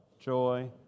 joy